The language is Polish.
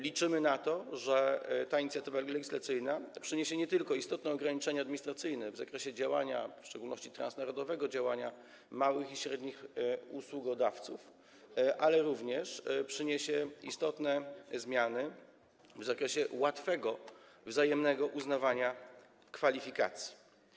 Liczymy na to, że ta inicjatywa legislacyjna przyniesie nie tylko istotne ograniczenia administracyjne w zakresie działania, w szczególności transnarodowego, małych i średnich usługodawców, ale również istotne zmiany w zakresie łatwego wzajemnego uznawania kwalifikacji.